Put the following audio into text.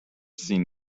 seen